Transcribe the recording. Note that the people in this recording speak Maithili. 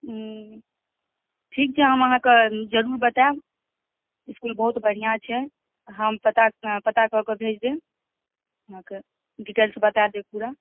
हूँ ठीक छै हम अहाँक जरूर बतायब इसकूल बहुत बढ़िआँ छै हम पता पता कऽ कऽ भेज देब अहाँक डिटेल्स बताय देब पूरा